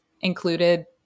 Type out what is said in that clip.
included